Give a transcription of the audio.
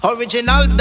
Original